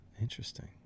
Interesting